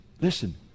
Listen